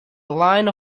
line